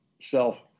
self